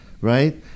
right